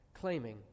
claiming